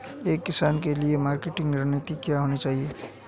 एक किसान के लिए मार्केटिंग रणनीति क्या होनी चाहिए?